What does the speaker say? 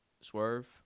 Swerve